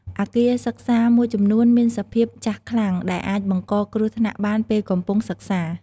អគារសិក្សាមួយចំនួនមានសភាពចាស់ខ្លាំង ដែលអាចបង្កគ្រោះថ្នាក់បានពេលកំពុងសិក្សា។